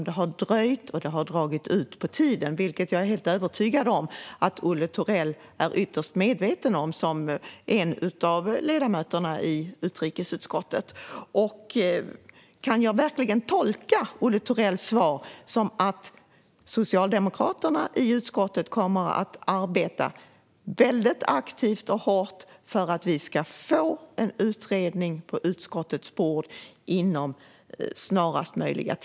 Det har dröjt och dragit ut på tiden, vilket jag är helt övertygad om att Olle Thorell är ytterst medveten om, som en av ledamöterna i utrikesutskottet. Kan jag verkligen tolka Olle Thorells svar som att Socialdemokraterna i utskottet kommer att arbeta mycket aktivt och hårt för att vi ska få en utredning på utskottets bord så snart som möjligt?